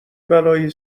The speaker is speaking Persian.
بلایی